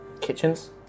kitchens